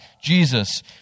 Jesus